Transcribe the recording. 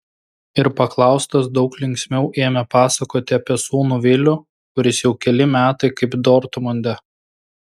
ir paklaustas daug linksmiau ėmė pasakoti apie sūnų vilių kuris jau keli metai kaip dortmunde